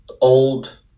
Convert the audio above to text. old